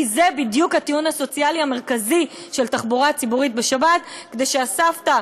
כי זה בדיוק הטיעון הסוציאלי המרכזי של תחבורה ציבורית בשבת: כדי שהסבתא